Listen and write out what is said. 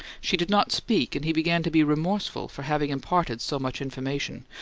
she did not speak, and he began to be remorseful for having imparted so much information,